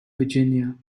virginia